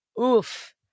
Oof